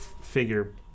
figure